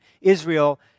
Israel